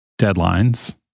deadlines